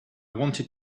wanted